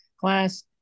class